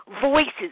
voices